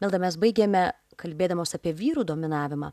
milda mes baigėme kalbėdamos apie vyrų dominavimą